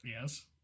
Yes